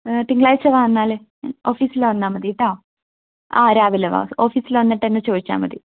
തിങ്കളാഴ്ച വാ എന്നാൽ ഓഫീസിൽ വന്നാൽ മതി കേട്ടോ ആഹ് രാവിലെ വാ ഓഫീസിൽ വന്നിട്ട് എന്നെ ചോദിച്ചാൽ മതി